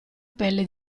pelle